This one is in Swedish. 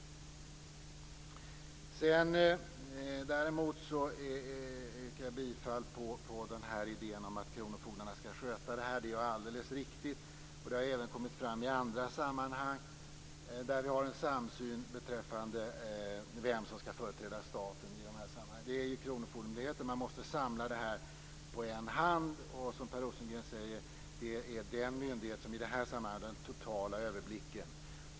Däremot yrkar jag bifall i fråga om idén att kronofogdarna skall sköta det här. Det är alldeles riktigt. Även i andra sammanhang har det framkommit att vi har en samsyn beträffande vem som skall företräda staten i de här sammanhangen, nämligen kronofogdemyndigheten. Man måste samla det här på en hand, och som Per Rosengren säger är det den myndighet som i det här sammanhanget har den totala överblicken.